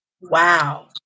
wow